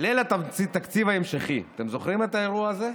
ליל התקציב ההמשכי, אתם זוכרים את האירוע הזה?